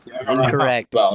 Correct